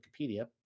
Wikipedia